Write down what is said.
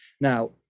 Now